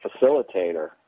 facilitator